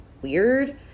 weird